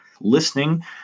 listening